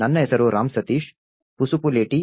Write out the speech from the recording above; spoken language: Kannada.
ನನ್ನ ಹೆಸರು ರಾಮ್ ಸತೀಶ್ ಪಸುಪುಲೇಟಿ